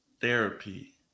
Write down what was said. therapy